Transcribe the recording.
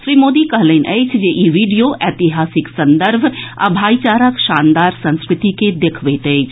श्री मोदी कहलनि अछि जे ई वीडियो एतिहासिक संदर्भ आ भाईचाराक शानदार संस्कृति के देखबैत अछि